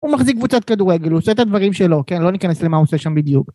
הוא מחזיק קבוצת כדורגל, הוא עושה את הדברים שלו, כן? לא ניכנס למה הוא עושה שם בדיוק.